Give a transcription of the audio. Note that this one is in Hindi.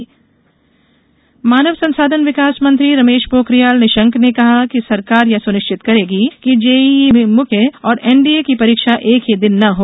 जेईई परीक्षा मानव संसाधन विकास मंत्री रमेश पोखरियाल निशंक ने कहा कि सरकार यह सुनिश्चित करेगी कि जेईई मुख्य और एनडीए की परीक्षा एक ही दिन न हो